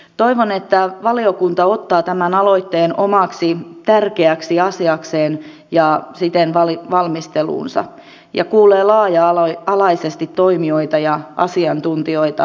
toivon että valiokunta ottaa tämän aloitteen omaksi tärkeäksi asiakseen ja siten valmisteluunsa ja kuulee laaja alaisesti toimijoita ja asiantuntijoita asiassa